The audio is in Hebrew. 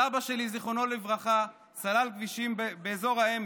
סבא שלי, זיכרונו לברכה, סלל כבישים באזור העמק.